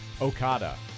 Okada